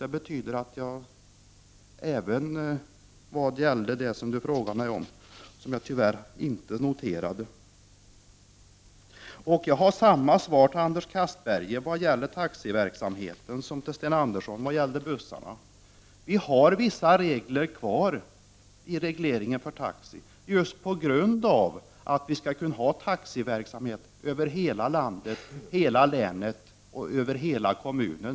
Det betyder att jag står bakom det som Anders Castberger frågade om men som jag tyvärr inte noterade. Jag har samma svar till Anders Castberger vad gäller taxiverksamheten som till Sten Andersson i Malmö vad gällde bussarna: Vi har vissa regler kvar just på grund av att vi skall kunna ha taxiverksamhet över hela landet, över hela länet och över hela kommunen.